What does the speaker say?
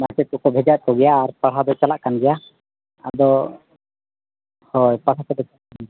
ᱢᱟᱪᱮᱫ ᱠᱚᱠᱚ ᱵᱷᱮᱡᱟᱭᱮᱫ ᱠᱚᱜᱮᱭᱟ ᱟᱨ ᱯᱟᱲᱦᱟᱣ ᱫᱚ ᱪᱟᱞᱟᱜ ᱠᱟᱱ ᱜᱮᱭᱟ ᱟᱫᱚ ᱦᱳᱭ